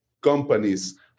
companies